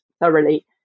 thoroughly